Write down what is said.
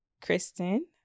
Kristen